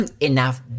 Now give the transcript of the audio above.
enough